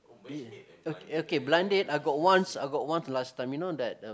eh ok~ okay blind date I got once I got once the last time you know the